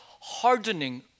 hardening